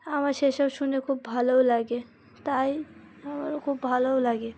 আমার সেসব শুনে খুব ভালোও লাগে তাই আমারও খুব ভালোও লাগে